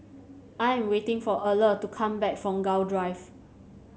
I am waiting for Erle to come back from Gul Drive